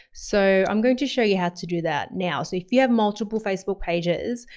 so i'm going to show you how to do that now. so if you have multiple facebook pages,